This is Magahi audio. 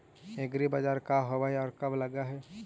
एग्रीबाजार का होब हइ और कब लग है?